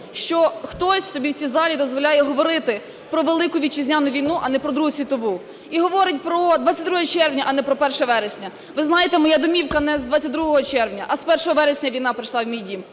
що хтось в цій залі дозволяє говорити про Велику Вітчизняну війну, а не про Другу світову, і говорить про 22 червня, а не про 1 вересня. Ви знаєте, моя домівка не з 22 червня, а з 1 вересня війна прийшла в мій дім,